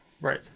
Right